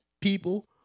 people